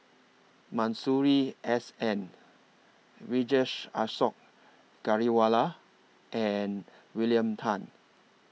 Masuri S N Vijesh Ashok Ghariwala and William Tan